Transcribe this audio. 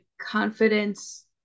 confidence